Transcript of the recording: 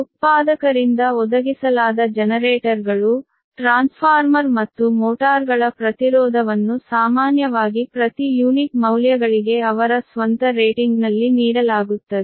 ಉತ್ಪಾದಕರಿಂದ ಒದಗಿಸಲಾದ ಜನರೇಟರ್ಗಳು ಟ್ರಾನ್ಸ್ಫಾರ್ಮರ್ ಮತ್ತು ಮೋಟಾರ್ಗಳ ಪ್ರತಿರೋಧವನ್ನು ಸಾಮಾನ್ಯವಾಗಿ ಪ್ರತಿ ಯೂನಿಟ್ ಮೌಲ್ಯಗಳಿಗೆ ಅವರ ಸ್ವಂತ ರೇಟಿಂಗ್ನಲ್ಲಿ ನೀಡಲಾಗುತ್ತದೆ